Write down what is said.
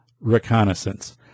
reconnaissance